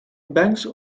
banks